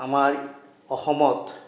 আমাৰ অসমত